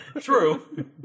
True